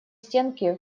стенки